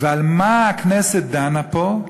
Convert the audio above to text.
ועל מה הכנסת דנה פה?